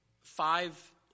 five